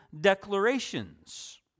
declarations